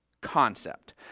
Concept